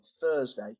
Thursday